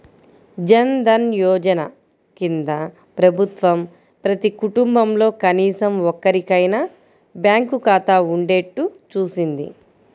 జన్ ధన్ యోజన కింద ప్రభుత్వం ప్రతి కుటుంబంలో కనీసం ఒక్కరికైనా బ్యాంకు ఖాతా ఉండేట్టు చూసింది